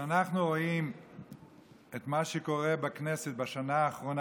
כשאנחנו רואים את מה שקורה בכנסת בשנה האחרונה,